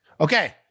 Okay